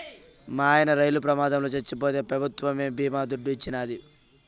మాయన్న రైలు ప్రమాదంల చచ్చిపోతే పెభుత్వమే బీమా దుడ్డు ఇచ్చినాది